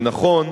נכון,